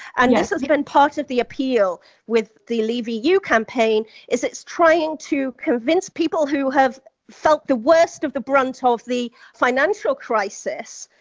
and this has been part of the appeal with the leave. eu eu campaign is it's trying to convince people who have felt the worst of the brunt ah of the financial crisis,